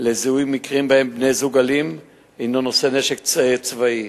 לזיהוי מקרים שבהם בן-זוג אלים נושא נשק צבאי,